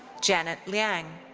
janet liang.